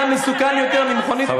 מסוכן יותר ממכונית עם נהג שיכור.